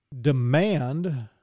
demand